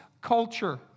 culture